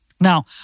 Now